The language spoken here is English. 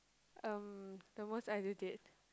um the most ideal date